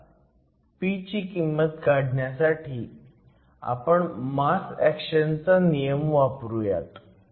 आता p ची किंमत काढण्यासाठी आपण मास ऍक्शनचा नियम वापरूयात